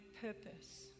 purpose